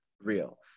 real